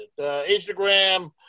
Instagram